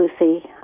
Lucy